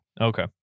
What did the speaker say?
Okay